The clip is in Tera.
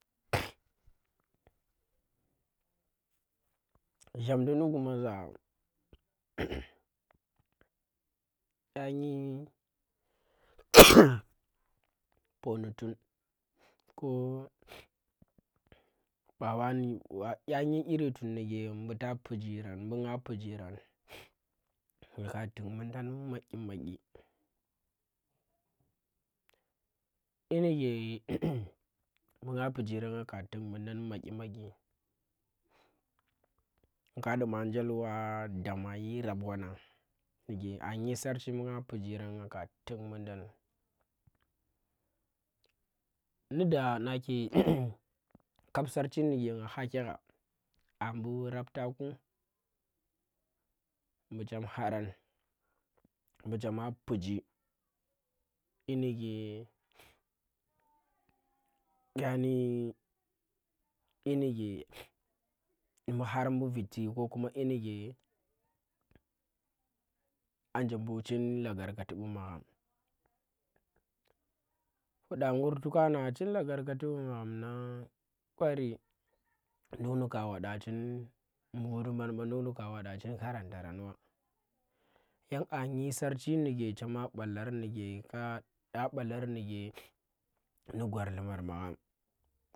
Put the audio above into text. Zham ndi nu̱ guma za, ƙya ndi poni tun ko ba wani wa kya kyi iri tun ndike ɓu ta pigirang bu nga pigirang nga ka tuk mudang madyi madyi kyi ndike ɓu nga pijirang nga ka tuk mudan madyi madyi nga duma njel wa da mayi rab wan nang ndike a dyi sarchi bu nga pijarang nga ka tuk muddang, ndi da nake kap sarchi ndike nga hakigha aa mbu rabta ku, mbu chem harang mbu chema piji nyi ndike dya nyi nyi ndike mbu har mbu̱ viti ko kuma, yinike anje bu chin lagarkati bu magham. Fuda ngur to kana chin lagarkati bu magham nang bari, nduk ndika waɗa chin mburi banba, nduk ndika wada chin karantaranwa. Yan aa nyi sarchi ndike chema balar ndike ka ƙya balar ndike ndi gwar lhumb magham.